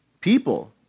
people